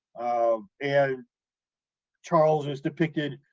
ah, and charles is depicted,